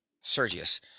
sergius